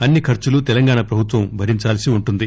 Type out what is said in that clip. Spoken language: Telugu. అన్ని ఖర్చులు తెలంగాణ ప్రభుత్వం భరించాల్పి ఉంటుంది